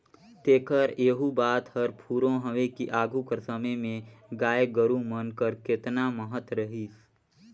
तेकर एहू बात हर फुरों हवे कि आघु कर समे में गाय गरू मन कर केतना महत रहिस